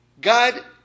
God